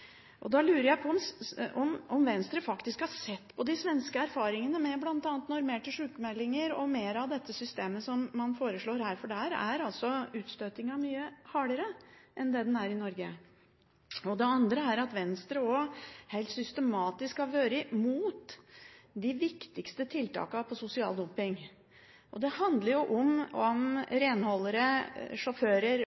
Da lurer jeg på om Venstre faktisk har sett på de svenske erfaringene med bl.a. normerte sykemeldinger og mer av dette systemet som man foreslår her, for der er utstøtingen mye hardere enn det den er i Norge. Det andre er at Venstre også helt systematisk har vært imot de viktigste tiltakene når det gjelder sosial dumping. Det handler jo om